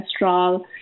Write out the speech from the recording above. cholesterol